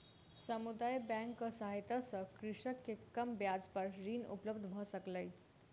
समुदाय बैंकक सहायता सॅ कृषक के कम ब्याज पर ऋण उपलब्ध भ सकलै